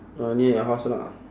orh near your house lah